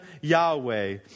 Yahweh